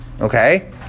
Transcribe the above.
Okay